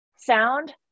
sound